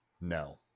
No